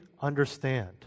understand